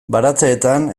baratzeetan